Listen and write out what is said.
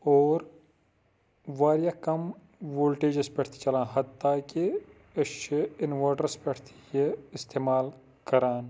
اور وارِیاہ کَم وولٹیجَس پٮ۪ٹھ تہِ چَلان حَتاکہِ ٲسۍ چھ انوٲٹرَس پٮ۪ٹھ تہِ یہِ اِستعمال کَران